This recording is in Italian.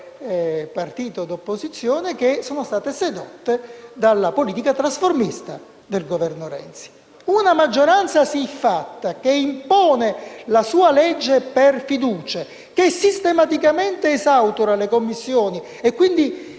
partito di opposizione, che sono state sedotte dalla politica trasformista del Governo Renzi. Una maggioranza siffatta impone la sua legge per fiducie, sistematicamente esautora le Commissioni e quindi